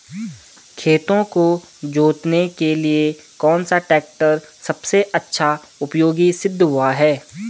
खेतों को जोतने के लिए कौन सा टैक्टर सबसे अच्छा उपयोगी सिद्ध हुआ है?